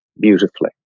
beautifully